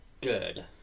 good